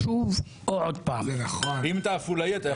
אחרי מה שאמרת לי אתמול,